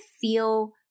feel